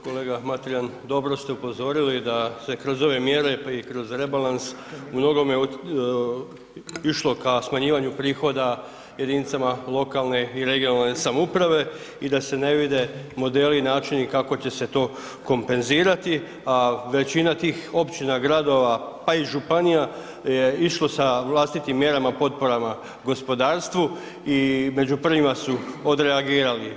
Kolega Mateljan, dobro ste upozorili da se kroz ove mjere pa i kroz rebalans u mnogome išlo ka smanjivanju prihoda jedinicama lokalne i regionalne samouprave i da se ne vide modeli i načini kako će se to kompenzirati, a većina tih općina, gradova pa i županija je išlo sa vlastitim mjerama, potporama gospodarstvu i među prvima su odreagirali.